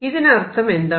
ഇതിനർത്ഥം എന്താണ്